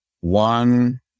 one